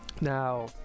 Now